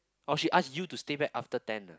oh she ask you to stay back after ten ah